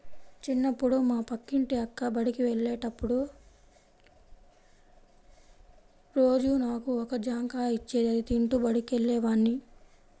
చిన్నప్పుడు మా పక్కింటి అక్క బడికెళ్ళేటప్పుడు రోజూ నాకు ఒక జాంకాయ ఇచ్చేది, అది తింటూ బడికెళ్ళేవాడ్ని